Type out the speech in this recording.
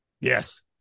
Yes